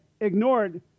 ignored